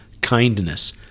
kindness